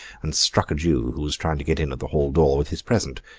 and struck a jew who was trying to get in at the hall door with his present.